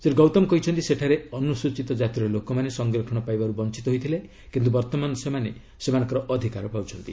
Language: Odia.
ଶ୍ରୀ ଗୌତମ କହିଛନ୍ତି ସେଠାରେ ଅନୁସୂଚୀତ କାତିର ଲୋକମାନେ ସଂରକ୍ଷଣ ପାଇବାରୁ ବଞ୍ଚିତ ହୋଇଥିଲେ କିନ୍ତୁ ବର୍ତ୍ତମାନ ସେମାନେ ସେମାନଙ୍କର ଅଧିକାର ପାଉଛନ୍ତି